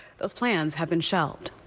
those plans have. been shelved.